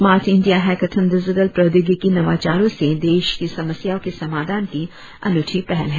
smart India hackathon digital प्रौद्योगिकी नवाचारोंसे देश की समस्याओं के समाधान की अनूठी पहल है